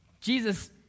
Jesus